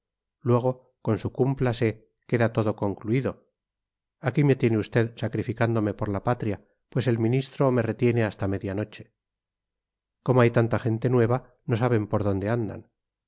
luego con un cúmplase queda todo concluido aquí me tiene usted sacrificándome por la patria pues el ministro me retiene hasta media noche como hay tanta gente nueva no saben por dónde andan